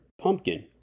pumpkin